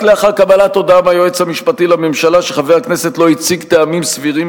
רק לאחר קבלת הודעה מהיועץ המשפטי לממשלה שחבר הכנסת לא הציג טעמים סבירים